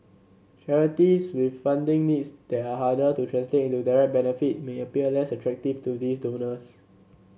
charities with funding needs there are harder to translate into direct benefit may appear less attractive to these donors